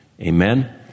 amen